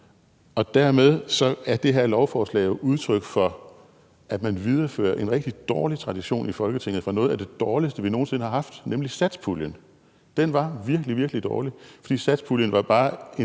Dermed er det her lovforslag udtryk for, at man viderefører en rigtig dårlig tradition i Folketinget fra noget af det dårligste, vi nogen sinde har haft, nemlig satspuljen. Den var virkelig, virkelig dårlig, for satspuljen var bare en